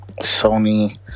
Sony